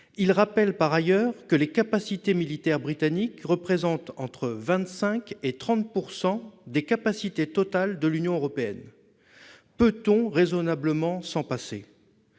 en rappelant par ailleurs que les capacités militaires britanniques représentent entre 25 % et 30 % des capacités totales de l'Union européenne. Peut-on raisonnablement s'en passer ?